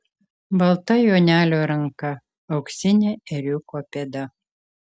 balta jonelio ranka auksinė ėriuko pėda